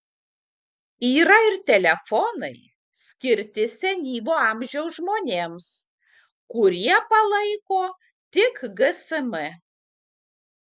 yra ir telefonai skirti senyvo amžiaus žmonėms kurie palaiko tik gsm